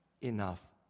enough